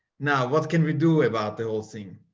now what can we do about the whole thing?